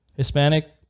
Hispanic